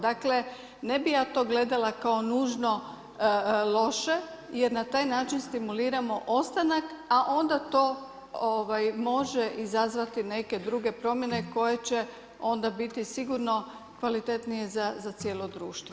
Dakle, ne bih ja to gledala kao nužno loše, jer na taj način stimuliramo ostanak, a onda to može izazvati neke druge promjene koje će onda biti sigurno kvalitetnije za cijelo društvo.